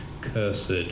cursed